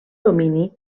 domini